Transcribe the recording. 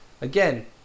Again